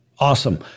Awesome